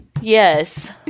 yes